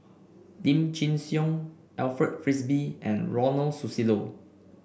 Lim Chin Siong Alfred Frisby and Ronald Susilo